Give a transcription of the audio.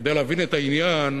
כדי להבין את העניין: